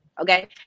Okay